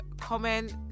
comment